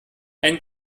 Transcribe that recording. einen